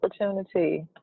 opportunity